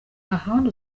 ahandi